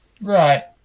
Right